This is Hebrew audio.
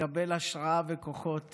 לקבל השראה וכוחות